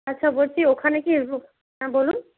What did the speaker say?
আচ্ছা বলছি ওখানে কি হ্যাঁ বলুন